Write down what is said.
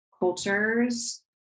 cultures